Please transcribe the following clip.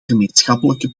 gemeenschappelijke